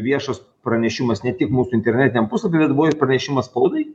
viešas pranešimas ne tik mūsų internetiniam puslapy bet buvo ir pranešimas spaudai